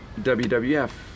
WWF